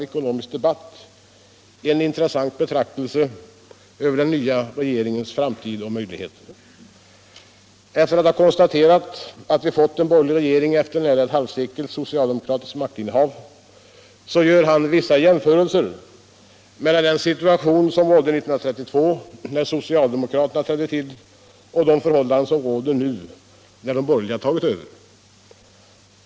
Efter att ha konstaterat att vi fått en borgerlig regering, efter nära ett halvsekel av socialdemokratiskt maktinnehav, så gör Nils Lundgren vissa jämförelser mellan den situation som rådde 1932 när socialdemokratin trädde till och de förhållanden som råder nu när de borgerliga tagit över makten.